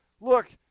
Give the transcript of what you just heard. look